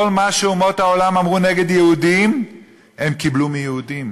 כל מה שאומות העולם אמרו נגד יהודים הן קיבלו מיהודים,